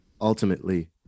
ultimately –